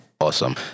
Awesome